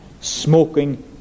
smoking